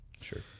Sure